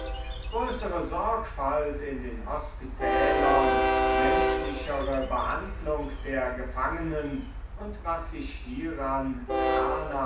größere sorgfalt in den hospitälern menschlichere behandlung der gefangenen und was sich hieran